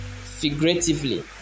Figuratively